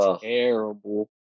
terrible